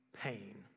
pain